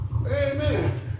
Amen